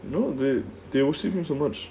you know they they will him so much